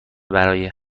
برای